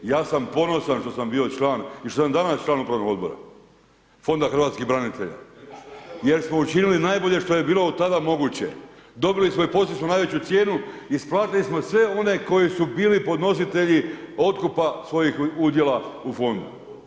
Ja sam ponosan što sam bio član i što sam dana član upravnog odbora, Fonda hrvatskih branitelja jer smo učinili najbolje što je bilo tada moguće, dobili smo i postigli smo najveću cijenu, isplatili smo sve one koji su bili podnositelji otkupa svojih udjela u fondu.